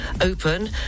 open